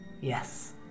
Yes